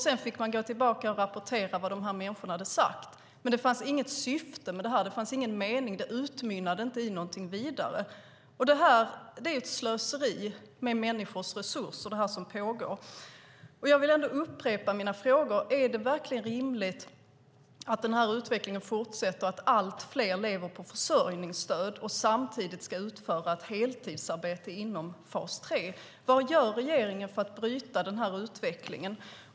Sedan fick man gå tillbaka och rapportera vad de här människorna hade sagt. Men det fanns inget syfte med det här. Det fanns ingen mening. Det utmynnade inte i någonting vidare. Det som pågår är ett slöseri med människors resurser. Jag vill upprepa mina frågor: Är det verkligen rimligt att den här utvecklingen fortsätter, att allt fler lever på försörjningsstöd samtidigt som de ska utföra ett heltidsarbete inom fas 3? Vad gör regeringen för att bryta den här utvecklingen?